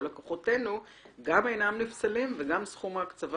כל לקוחותינו גם אינם נפסלים וגם סכום ההקצבה